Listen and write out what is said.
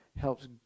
Helps